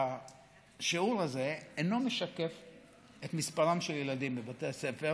שהשיעור הזה אינו משקף את מספרם של ילדים בבתי הספר